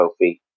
Kofi